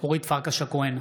אורית פרקש הכהן,